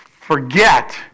forget